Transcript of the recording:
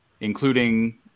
including